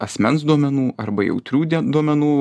asmens duomenų arba jautrių duomenų